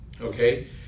Okay